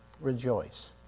rejoice